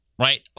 right